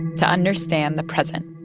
to understand the present